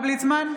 (קוראת בשמות חברי הכנסת)